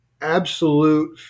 absolute